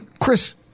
Chris